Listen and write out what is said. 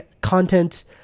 content